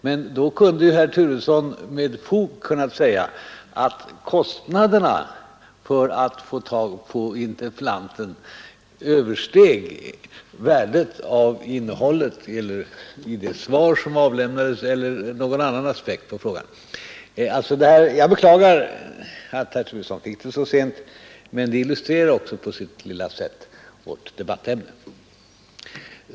Men då hade ju herr Turesson med fog kunnat säga att kostnaderna för att få tag på interpellanten översteg värdet av innehållet i det svar som avlämnades — eller han hade kunnat anföra någon annan aspekt på frågan. Jag beklagar alltså att herr Turesson fick svaret så sent, men det illustrerar också på sitt lilla sätt vårt debattämne.